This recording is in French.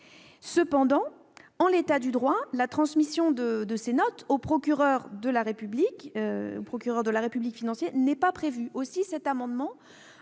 Toutefois, en l'état du droit, la transmission de ces notes au procureur de la République financier n'est pas prévue. Cet amendement